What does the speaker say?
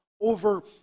over